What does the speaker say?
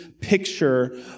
picture